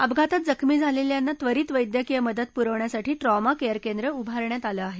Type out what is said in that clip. अपघातात जखमी झालेल्या त्वरित वैद्यकीय मदत पुरवण्यासाठी ट्रॉमा केअर केंद्र उभारण्यात आलं आहे